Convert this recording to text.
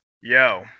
Yo